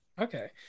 Okay